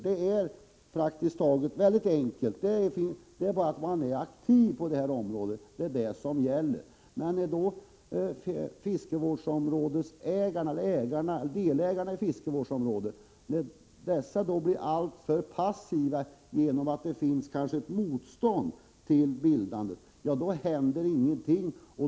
Det är mycket enkelt att bilda ett fiskevårdsområde — det gäller bara att vara aktiv. Men när delägarna i ett fiskevårdsområde blir alltför passiva genom att det kanske finns ett motstånd till bildandet, då händer ingenting.